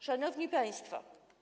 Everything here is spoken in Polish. Szanowni Państwo!